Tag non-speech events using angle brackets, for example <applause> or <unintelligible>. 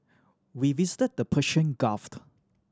we visited the Persian <unintelligible>